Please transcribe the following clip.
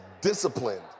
disciplined